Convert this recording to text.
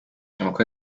amakuru